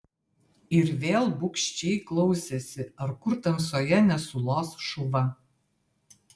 ir vėl bugščiai klausėsi ar kur tamsoje nesulos šuva